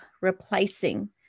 replacing